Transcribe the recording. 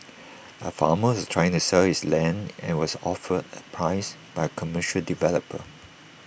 A farmer was trying to sell his land and was offered A price by A commercial developer